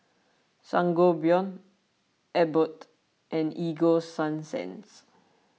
Sangobion Abbott and Ego Sunsense